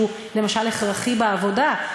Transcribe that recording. שזה דבר שהוא למשל הכרחי בעבודה.